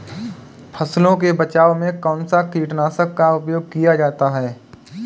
फसलों के बचाव में कौनसा कीटनाशक का उपयोग किया जाता है?